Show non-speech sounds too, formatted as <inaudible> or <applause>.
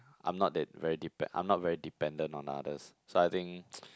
I'm not that very depen~ I'm not very dependant on others so I think <noise>